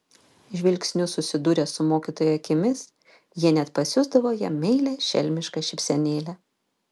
žvilgsniu susidūrę su mokytojo akimis jie net pasiųsdavo jam meilią šelmišką šypsenėlę